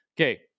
okay